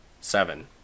Seven